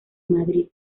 madrid